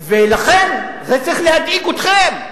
לכן, זה צריך להדאיג אתכם,